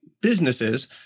businesses